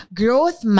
growth